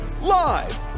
live